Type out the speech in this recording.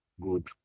good